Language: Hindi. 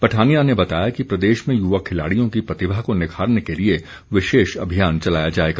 पठानिया ने बताया कि प्रदेश में युवा खिलाड़ियों की प्रतिभा को निखारने के लिए विशेष अभियान चलाया जाएगा